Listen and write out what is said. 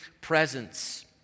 presence